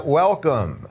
welcome